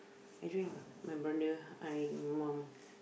I drank my brother I mom